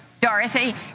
Dorothy